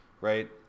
right